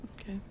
Okay